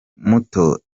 muto